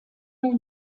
mal